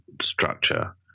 structure